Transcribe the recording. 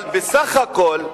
אבל בסך הכול,